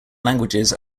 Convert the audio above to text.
languages